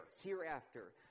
hereafter